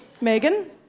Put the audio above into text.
Megan